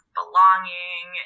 belonging